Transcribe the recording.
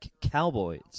Cowboys